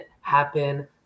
happen